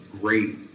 great